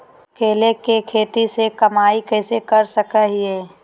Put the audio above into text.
केले के खेती से कमाई कैसे कर सकय हयय?